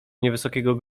niewysokiego